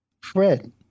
Fred